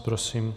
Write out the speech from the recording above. Prosím.